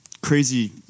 crazy